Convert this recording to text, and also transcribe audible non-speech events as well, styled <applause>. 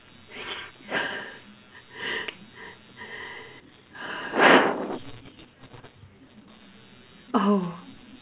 <laughs> oh